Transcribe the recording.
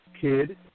kid